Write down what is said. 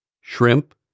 shrimp